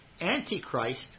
Antichrist